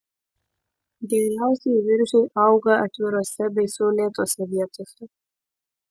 geriausiai viržiai auga atvirose bei saulėtose vietose